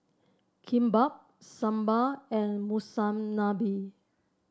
Kimbap Sambar and Monsunabe